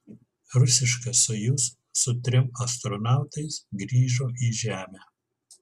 rusiška sojuz su trim astronautais grįžo į žemę